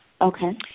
Okay